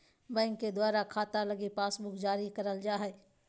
bank के द्वारा खाता लगी पासबुक जारी करल जा हय